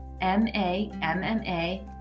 M-A-M-M-A